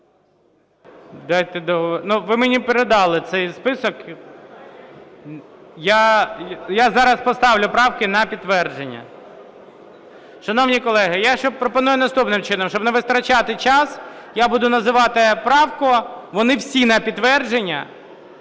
ви мені передали цей список, я зараз поставлю правки на підтвердження. Шановні колеги, я пропоную наступним чином: щоб не витрачати час, я буду називати правку, вони всі на підтвердження,